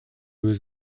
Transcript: was